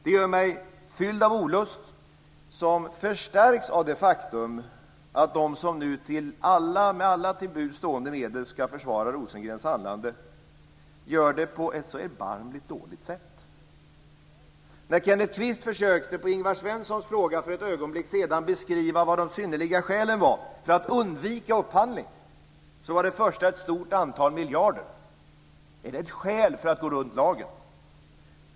Det gör mig fylld av olust som förstärks av det faktum att de som nu med alla till buds stående medel ska försvara Rosengrens handlande gör det på ett så erbarmligt dåligt sätt. När Kenneth Kvist på Ingvar Svenssons fråga för ett ögonblick sedan försökte beskriva vilka de synnerliga skälen för att undvika upphandling var, var det första ett stort antal miljarder. Är det ett skäl för att gå runt lagen?